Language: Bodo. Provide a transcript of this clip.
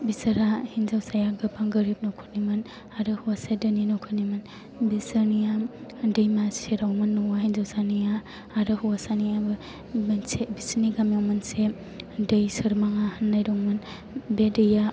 बिसोरहा हिनजावसाया गोबां गोरिब न'खरनिमोन आरो हौवासाया धोनि न'खरनिमोन दैमा सेरावमोन न'आ हिनजावसानिया आरो हौवासानियाबो मोनसे बिसोरनि गामियाव मोनसे दै सोरमाङा होननाय दंमोन बे दैया